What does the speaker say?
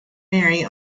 mary